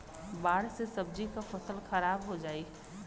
बाढ़ से सब्जी क फसल खराब हो जाई